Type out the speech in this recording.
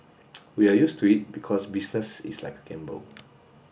we are used to it because business is like a gamble